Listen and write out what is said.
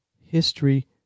history